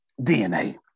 DNA